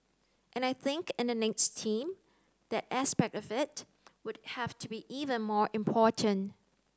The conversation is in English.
and I think in the next team that aspect of it would have to be even more important